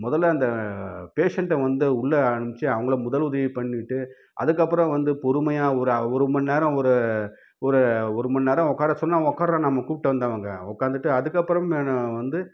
முதல்ல அந்த பேஷண்ட்டை வந்து உள்ள அனுப்பிச்சி அவங்கள முதல் உதவி பண்ணிட்டு அதுக்கப்புறம் வந்து பொறுமையாக ஒரு மணி நேரம் ஒரு ஒரு ஒரு மணி நேரம் உக்காரச் சொன்னால் அவங்க உக்கார நம்ம கூப்பிட்டு வந்தவங்க உட்காந்துட்டு அதுக்கப்புறம்மேனு வந்து